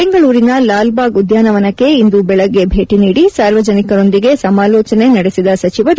ಬೆಂಗಳೂರಿನ ಲಾಲ್ಬಾಗ್ ಉದ್ಯಾನವನಕ್ಕೆ ಇಂದು ಬೆಳಗ್ಗೆ ಭೇಟಿ ನೀಡಿ ಸಾರ್ವಜನಿಕರೊಂದಿಗೆ ಸಮಾಲೋಚನೆ ನಡೆಸಿದ ಸಚಿವರು